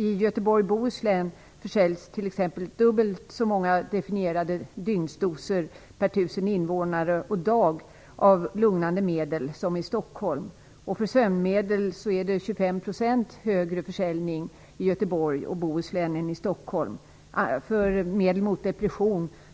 I Göteborg-Bohuslän försäljs dubbelt så många definierade dygnsdoser per tusen invånare och dag av lugnande medel som i högre i Göteborg-Bohuslän än i Stockholm.